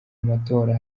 amatora